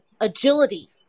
agility